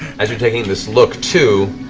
as you're taking this look, too,